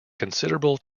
considerable